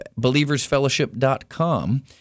BelieversFellowship.com